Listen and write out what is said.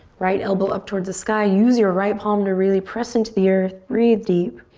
right elbow up towards the sky. use your right palm to really press into the earth, breathe deep.